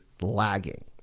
lagging